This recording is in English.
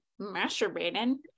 masturbating